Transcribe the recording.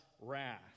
wrath